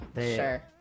Sure